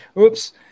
Oops